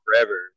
forever